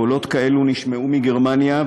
קולות כאלה נשמעו מגרמניה,